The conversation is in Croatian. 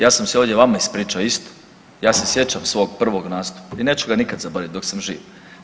Ja sam se ovdje vama ispričao isto, ja se sjećam svog prvog nastupa i neću ga nikad zaboravit dok sam živ.